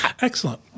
Excellent